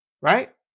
right